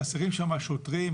חסרים שם שוטרים.